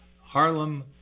Harlem